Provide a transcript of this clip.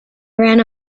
ran